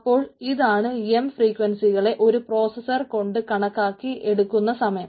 അപ്പോൾ ഇതാണ് എം ഫ്രീക്വൻസികളെ ഒരു പ്രോസ്സസർ കൊണ്ട് കണക്കാക്കി എടുക്കുന്ന സമയം